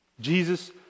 Jesus